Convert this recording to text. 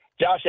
Josh